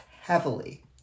heavily